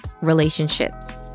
relationships